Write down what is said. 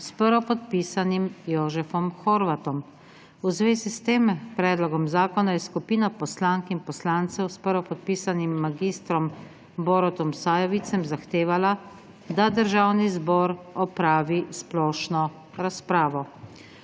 s prvopodpisanim Jožefom Horvatom. V zvezi s tem predlogom zakona je skupina poslank in poslancev s prvopodpisanim mag. Borutom Sajovicem zahtevala, da Državni zbor opravi splošno razpravo.